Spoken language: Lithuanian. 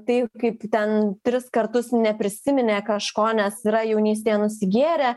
tai kaip ten tris kartus neprisiminė kažko nes yra jaunystėje nusigėrę